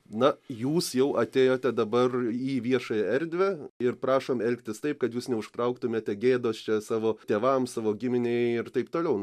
na jūs jau atėjote dabar į viešąją erdvę ir prašom elgtis taip kad jūs neužtrauktumėte gėdos savo tėvam savo giminei ir taip toliau